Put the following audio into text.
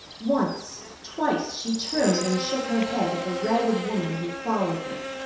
once, twice, she turned and shook her head at the ragged woman who followed her.